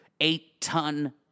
eight-ton